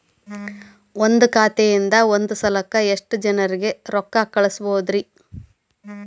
ಒಂದ್ ಖಾತೆಯಿಂದ, ಒಂದ್ ಸಲಕ್ಕ ಎಷ್ಟ ಜನರಿಗೆ ರೊಕ್ಕ ಕಳಸಬಹುದ್ರಿ?